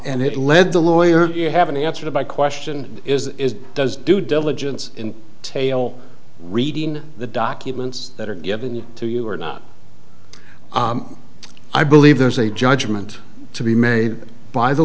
and it led the lawyer you haven't answered my question is does due diligence in detail reading the documents that are given to you or not i believe there's a judgment to be made by the